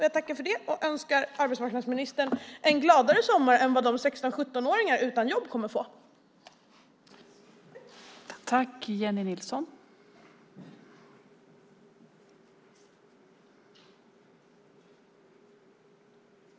Jag tackar för det och önskar arbetsmarknadsministern en gladare sommar än vad de 16-17-åringar som står utan jobb kommer att få.